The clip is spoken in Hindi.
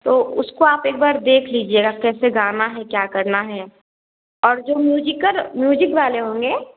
तो उसको आप एक बार देख लीजिएगा कैसे गाना है क्या करना है और जो म्यूजिकर म्यूजिक वाले होंगे